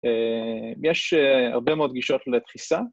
‫יש הרבה מאוד גישות לתפיסה.